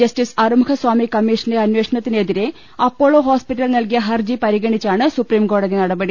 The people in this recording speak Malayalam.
ജസ്റ്റിസ് അറു മുഖസ്വാമി കമ്മീഷന്റെ അന്വേഷണത്തിനെതിരെ അപ്പോളോ ഹോസ്പിറ്റൽ നൽകിയ ഹർജി പ്രിഗ്നണിച്ചാണ് സുപ്രീംകോടതി നടപടി